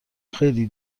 خیلی